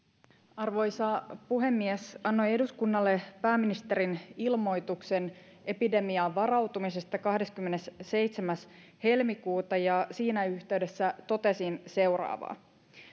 arvoisa puhemies annoin eduskunnalle pääministerin ilmoituksen epidemiaan varautumisesta kahdeskymmenesseitsemäs helmikuuta ja siinä yhteydessä totesin seuraavaa